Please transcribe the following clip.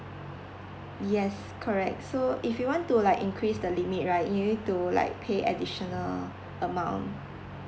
yes correct so if you want to like increase the limit right you need to like pay additional amount